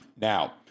Now